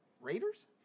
Raiders